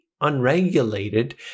unregulated